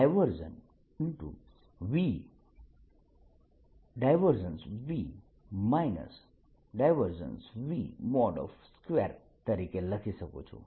V V V2 તરીકે લખી શકું છું